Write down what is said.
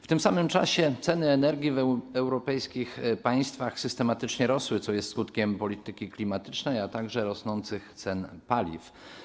W tym samym czasie ceny energii w europejskich państwach systematycznie rosły, co jest skutkiem polityki klimatycznej, a także rosnących cen paliw.